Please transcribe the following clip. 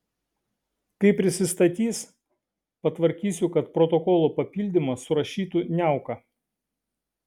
kai prisistatys patvarkysiu kad protokolo papildymą surašytų niauka